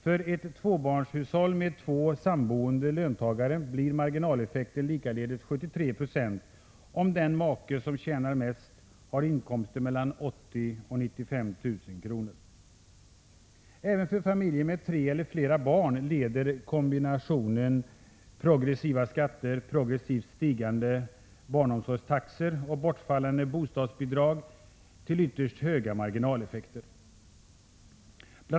För ett tvåbarnshushåll med två samboende löntagare blir marginaleffekten likaledes 73 26 om den make som tjänar mest har inkomster mellan 80 000 och 95 000 kr. Även för familjer med tre eller flera barn leder kombinationen av progressiva skatter, progressivt stigande barnomsorgstaxor och bortfallande bostadsbidrag till ytterst höga marginaleffekter. Bl.